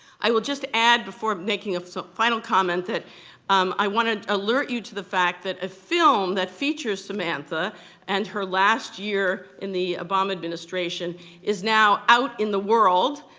i will just add, before making a so final comment, that i want to alert you to the fact that a film that features samantha and her last year in the obama administration is now out in the world,